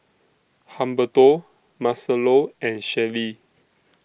Humberto Marcelo and Shelli